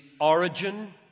origin